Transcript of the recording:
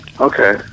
Okay